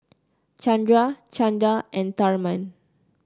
Chandra Chanda and Tharman